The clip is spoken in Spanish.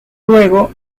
luego